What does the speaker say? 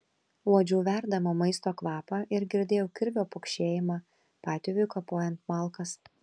uodžiau verdamo maisto kvapą ir girdėjau kirvio pokšėjimą patėviui kapojant malkas